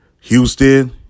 Houston